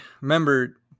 Remember